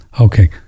Okay